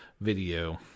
video